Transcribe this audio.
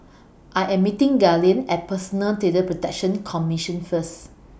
I Am meeting Gaylene At Personal Data Protection Commission First